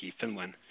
Finland